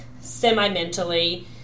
semi-mentally